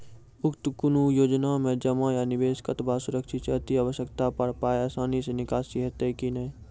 उक्त कुनू योजना मे जमा या निवेश कतवा सुरक्षित छै? अति आवश्यकता पर पाय आसानी सॅ निकासी हेतै की नै?